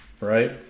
Right